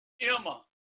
Emma